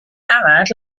arad